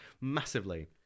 massively